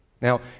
Now